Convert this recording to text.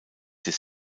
des